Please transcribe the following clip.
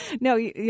No